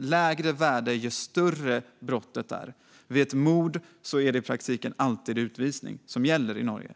lägre värde ju allvarligare brottet är. Vid ett mord är det i praktiken alltid utvisning som gäller i Norge.